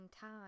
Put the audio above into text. time